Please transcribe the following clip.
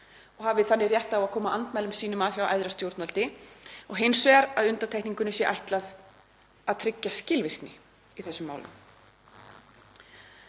og hafi rétt á að koma andmælum sínum að hjá æðra stjórnvaldi og hins vegar að undantekningunni sé ætlað að tryggja skilvirkni í slíkum málum.